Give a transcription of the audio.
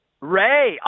Ray